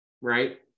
right